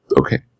Okay